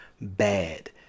bad